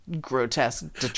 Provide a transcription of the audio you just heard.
grotesque